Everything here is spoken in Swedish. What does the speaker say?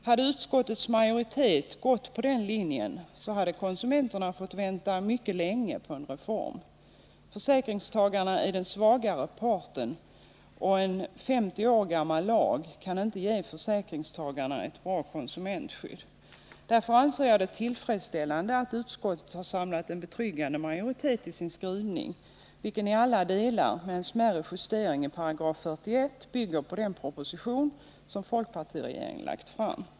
Om utskottets majoritet hade följt den linjen, hade konsumenterna fått vänta mycket längre på en reform. Försäkringstagarna är den svagare parten, och en 50 år gammal lag kan inte ge försäkringstagarna ett bra konsumentskydd. Därför anser jag det tillfredsställande att utskottet har samlat en betryggande majoritet i sin skrivning, vilken i alla delar, endast med en smärre justering i 41 §, bygger på den proposition som folkpartiregeringen lagt fram.